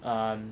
um